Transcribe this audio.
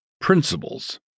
principles